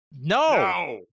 No